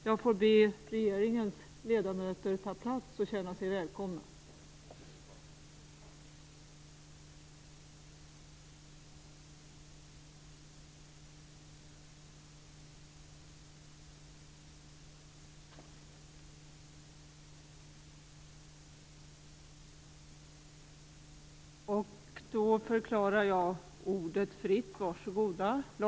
Jag får be regeringens ledamöter ta plats och känna sig välkomna. Jag förklarar ordet fritt. Varsågoda!